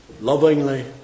lovingly